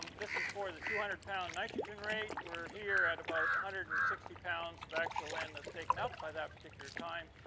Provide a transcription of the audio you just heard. this is for the two hundred pound nitrogen rate. we're here at about a hundred and sixty pounds of actual land that's taken up by that particular time,